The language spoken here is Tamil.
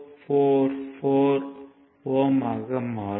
Ω ஆக மாறும்